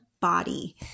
body